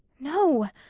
no,